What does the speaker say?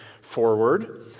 forward